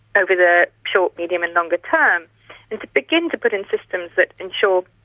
over the short, medium and longer term? and to begin to put in systems that ensure